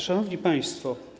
Szanowni Państwo!